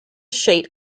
sheet